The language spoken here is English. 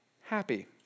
happy